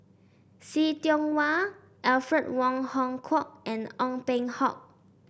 See Tiong Wah Alfred Wong Hong Kwok and Ong Peng Hock